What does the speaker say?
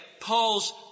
Paul's